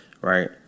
right